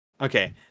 Okay